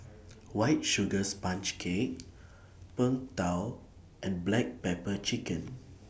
White Sugar Sponge Cake Png Tao and Black Pepper Chicken